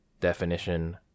Definition